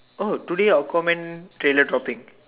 oh today Aquaman trailer dropping